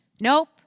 nope